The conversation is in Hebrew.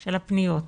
של הפניות,